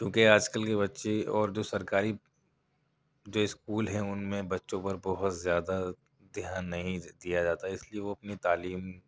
کیوں کہ آج کل کے بچے اور جو سرکاری جو اسکول ہیں اُن میں بچوں پر بہت زیادہ دھیان نہیں دیا جاتا ہے اِس لیے وہ اپنی تعلیم